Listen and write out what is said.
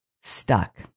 stuck